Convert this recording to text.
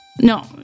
No